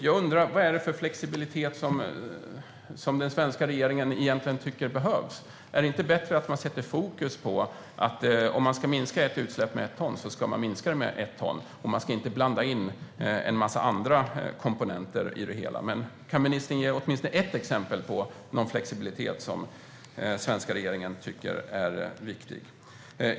Jag undrar vad det är för flexibilitet som den svenska regeringen egentligen tycker behövs. Är det inte bättre att lägga fokus på att om ett utsläpp ska minskas med ett ton så ska det minskas med ett ton, utan att en massa andra komponenter blandas in? Kan ministern ge åtminstone ett exempel på flexibilitet som den svenska regeringen tycker är viktig?